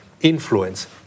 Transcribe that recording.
influence